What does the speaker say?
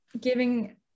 giving